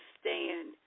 stand